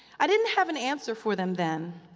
i didn't have an answer for them then,